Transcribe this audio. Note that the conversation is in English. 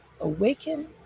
awaken